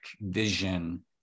vision